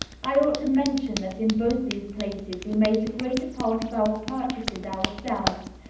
i ought to mention that in both these places we made the greater part of our purchases ourselves,